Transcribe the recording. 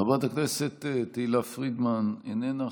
חברת הכנסת תהלה פרידמן, איננה.